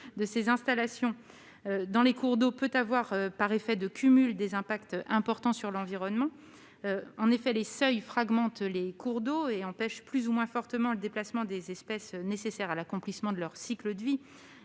de ces installations dans les cours d'eau peut avoir, par effet de cumul, des effets importants sur l'environnement. En effet, les seuils fragmentent les cours d'eau et empêchent, plus ou moins fortement, le déplacement des espèces qui est nécessaire à l'accomplissement de leur cycle de vie.